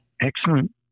Excellent